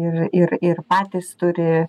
ir ir ir patys turi